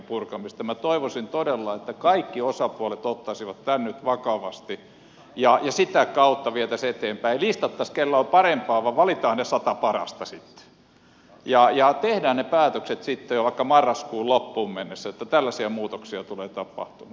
minä toivoisin todella että kaikki osapuolet ottaisivat tämän nyt vakavasti ja sitä kautta vietäisiin eteenpäin listattaisiin kenellä on parempaa ja valitaan ne sata parasta sitten ja tehdään ne päätökset sitten vaikka marraskuun loppuun mennessä että tällaisia muutoksia tulee tapahtumaan